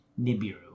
Nibiru